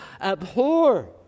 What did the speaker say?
Abhor